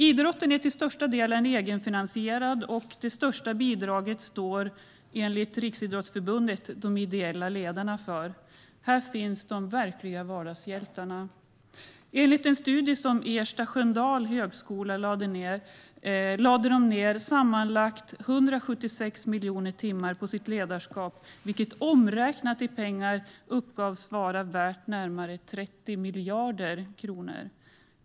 Idrotten är till största delen egenfinansierad, och det största bidraget står enligt Riksidrottsförbundet de ideella ledarna för. Här finns de verkliga vardagshjältarna! Enligt en studie av Ersta Sköndal högskola lägger de ned sammanlagt 176 miljoner timmar på sitt ledarskap, vilket omräknat i pengar uppges vara värt närmare 30 miljarder kronor.